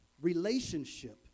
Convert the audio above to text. relationship